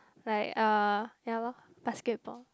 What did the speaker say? like uh ya lor basketball